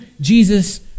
Jesus